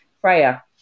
Freya